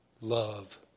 love